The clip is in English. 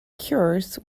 cures